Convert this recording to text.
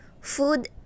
food